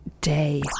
day